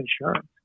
insurance